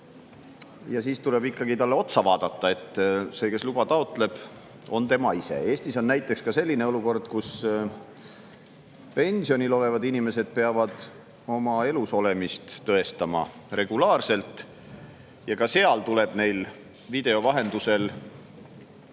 siis tuleb talle ikkagi otsa vaadata[, veendumaks], et see, kes luba taotleb, on tema ise. Eestis on näiteks selline olukord, kus pensionil olevad inimesed peavad oma elus olemist tõestama regulaarselt ja neil tuleb video vahendusel